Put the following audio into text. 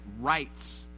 rights